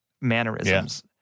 mannerisms